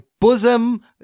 bosom